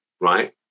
right